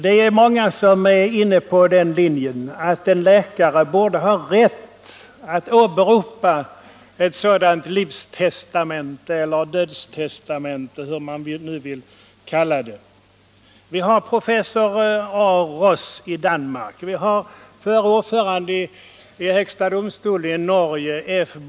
Det är många som är inne på den linjen att en läkare bör ha rätt att åberopa ett livstestamente eller dödstestamente — vad man nu vill kalla det. Som exempel kan jag nämna professor A. Ross i Danmark och förre ordföranden i Norges högsta domstol F. Bojesen.